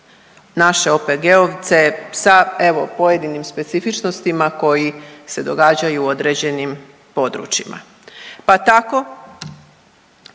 naše OPG-ovce sa evo pojedinim specifičnostima koji se događaju u određenim područjima. Pa tako